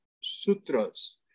Sutras